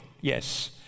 yes